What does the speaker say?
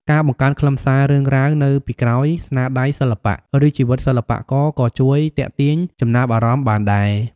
ការបង្កើតខ្លឹមសាររឿងរ៉ាវ នៅពីក្រោយស្នាដៃសិល្បៈ ឬជីវិតសិល្បករក៏ជួយទាក់ទាញចំណាប់អារម្មណ៍បានដែរ។